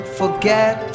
forget